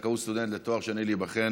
זכאות סטודנט לתואר שני להיבחן